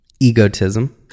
egotism